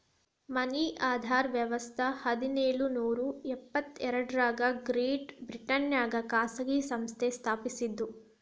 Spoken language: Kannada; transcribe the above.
ಮನಿ ಆರ್ಡರ್ ವ್ಯವಸ್ಥ ಹದಿನೇಳು ನೂರ ಎಪ್ಪತ್ ಎರಡರಾಗ ಗ್ರೇಟ್ ಬ್ರಿಟನ್ನ್ಯಾಗ ಖಾಸಗಿ ಸಂಸ್ಥೆ ಸ್ಥಾಪಸಿದ್ದು